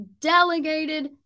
delegated